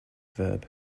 verb